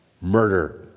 murder